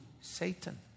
Satan